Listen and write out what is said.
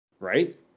Right